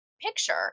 picture